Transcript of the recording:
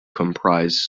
comprise